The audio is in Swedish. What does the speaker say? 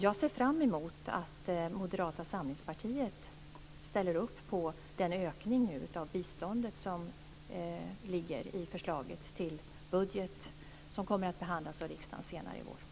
Jag ser fram emot att Moderata samlingspartiet ställer upp på den ökning av biståndet som ligger i förslaget till budget, som kommer att behandlas av riksdagen senare i vår.